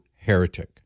heretic